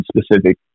specific